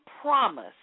promise